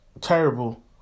terrible